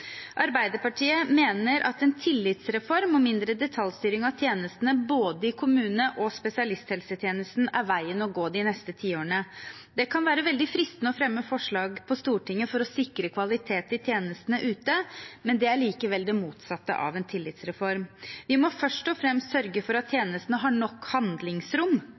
Arbeiderpartiet mener at en tillitsreform og mindre detaljstyring av tjenestene i både kommunene og spesialisthelsetjenesten er veien å gå de neste tiårene. Det kan være veldig fristende å fremme forslag på Stortinget for å sikre kvalitet i tjenestene ute, men det er likevel det motsatte av en tillitsreform. Vi må først og fremst sørge for at tjenestene har nok handlingsrom.